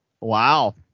Wow